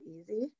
easy